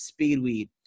Speedweed